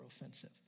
offensive